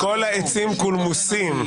וכל העצים קולמוסים.